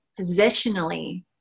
positionally